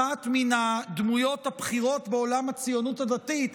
אחת מהדמויות הבכירות בעולם הציונות הדתית,